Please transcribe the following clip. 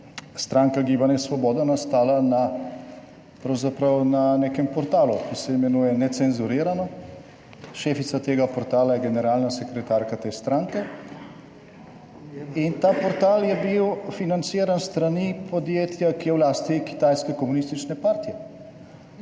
TRAK: (VP) 16.15** (nadaljevanje) nekem portalu, ki se imenuje Necenzurirano, šefica tega portala je generalna sekretarka te stranke in ta portal je bil financiran s strani podjetja, ki je v lasti kitajske komunistične partije.